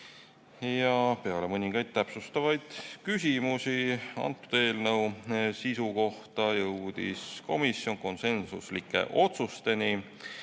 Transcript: Peale mõningaid täpsustavaid küsimusi eelnõu sisu kohta jõudis komisjon konsensuslike otsusteni: